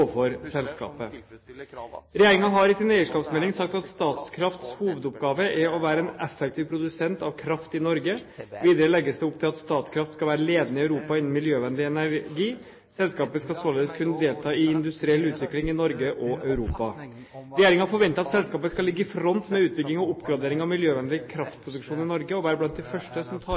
overfor selskapet. Regjeringen har i sin eierskapsmelding sagt at Statkrafts hovedoppgave er å være en effektiv produsent av kraft i Norge. Videre legges det opp til at Statkraft skal være ledende i Europa innen miljøvennlig energi. Selskapet skal således kunne delta i industriell utvikling i Norge og Europa. Regjeringen forventer at selskapet skal ligge i front med utbygging og oppgradering av miljøvennlig kraftproduksjon i Norge, og være blant de første som tar